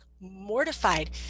mortified